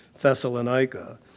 Thessalonica